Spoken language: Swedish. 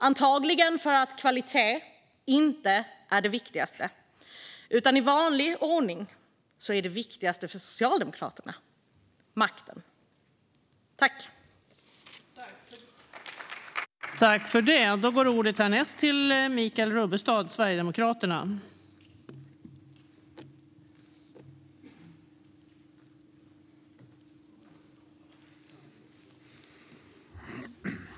Antagligen för att kvalitet inte är det viktigaste, utan i vanlig ordning är det viktigaste för Socialdemokraterna makten.